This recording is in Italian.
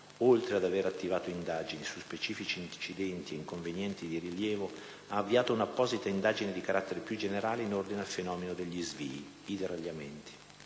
oltre ad aver attivato indagini su specifici incidenti ed inconvenienti di rilievo, ha avviato una apposita indagine di carattere più generale in ordine al fenomeno degli svii, ossia i deragliamenti.